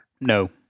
No